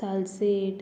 Salcete